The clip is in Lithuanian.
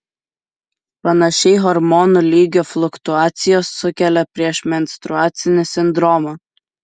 panašiai hormonų lygio fluktuacijos sukelia priešmenstruacinį sindromą